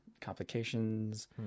complications